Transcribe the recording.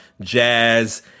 Jazz